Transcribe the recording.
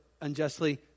unjustly